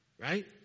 right